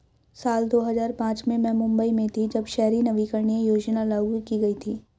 साल दो हज़ार पांच में मैं मुम्बई में थी, जब शहरी नवीकरणीय योजना लागू की गई थी